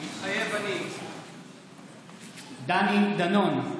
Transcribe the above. מתחייב אני דני דנון,